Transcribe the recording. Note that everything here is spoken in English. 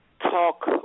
talk